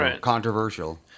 controversial